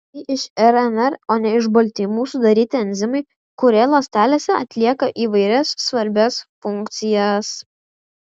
tai iš rnr o ne iš baltymų sudaryti enzimai kurie ląstelėse atlieka įvairias svarbias funkcijas